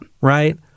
Right